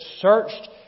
searched